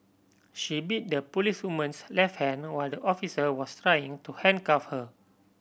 she bit the policewoman's left hand no while the officer was trying to handcuff her